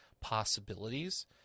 possibilities